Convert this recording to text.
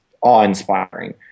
awe-inspiring